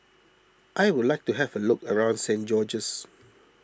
I would like to have a look around Saint George's